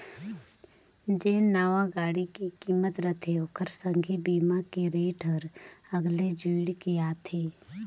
जेन नावां गाड़ी के किमत रथे ओखर संघे बीमा के रेट हर अगले जुइड़ के आथे